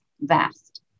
vast